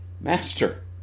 Master